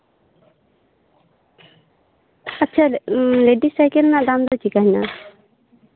ᱟᱪᱪᱷᱟ ladies cycle ᱨᱮᱱᱟᱜ ᱫᱟᱢ ᱫᱚ ᱪᱮᱫᱞᱮᱠᱟ ᱢᱮᱱᱟᱜᱼᱟ